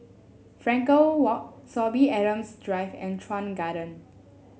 Frankel Walk Sorby Adams Drive and Chuan Garden